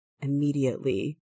immediately